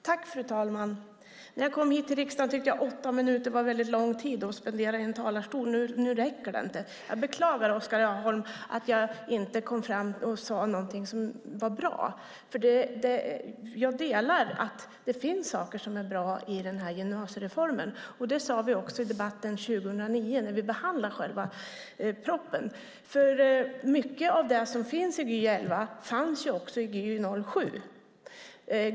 Fru talman! När jag kom hit till riksdagen tyckte jag att åtta minuter var väldigt lång tid att spendera i en talarstol. Nu räcker det inte. Jag beklagar, Oskar Öholm, att jag inte kom fram och sade någonting som var bra, för jag delar uppfattningen att det finns saker som är bra i den här gymnasiereformen. Det sade vi också i debatten 2009 när vi behandlade själva propositionen. Mycket av det som finns i Gy 11 fanns också i Gy 07.